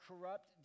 corrupt